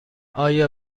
آیا